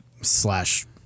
slash